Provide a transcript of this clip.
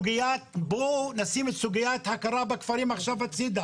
בואו נשים את סוגיית הכרה בכפרים בצד.